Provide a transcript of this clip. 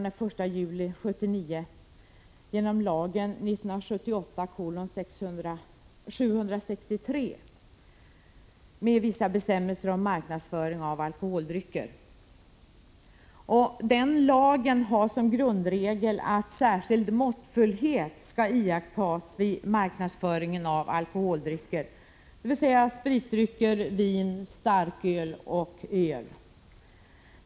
Den lagen har som grundregel att särskild måttfullhet skall iakttas vid marknadsföringen av alkoholdrycker — dvs. spritdrycker, vin, starköl och öl.